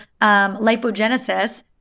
lipogenesis